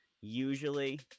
usually